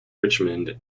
richmond